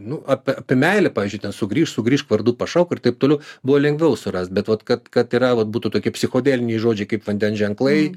nu apie meilę pavyzdžiui sugrįšk sugrįšk vardu pašauk ir taip toliau buvo lengviau surast bet vat kad kad yra vat būtų tokie psichodeliniai žodžiai kaip vandens ženklai